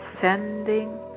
sending